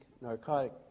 narcotic